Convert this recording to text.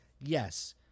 yes